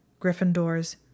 Gryffindors